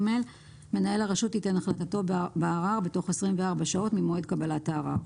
מנהל הרשות ייתן החלטתו בערר בתוך 24 שעות ממועד קבלת הערר.